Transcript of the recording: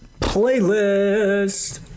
Playlist